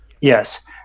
Yes